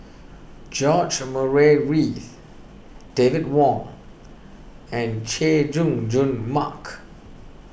George Murray Reith David Wong and Chay Jung Jun Mark